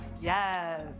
Yes